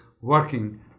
working